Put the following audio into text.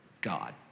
God